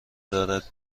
دارد